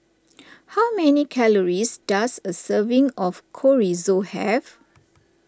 how many calories does a serving of Chorizo have